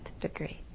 degree